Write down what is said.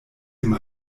dem